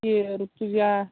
ती ऋतुजा